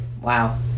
wow